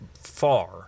far